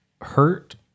hurt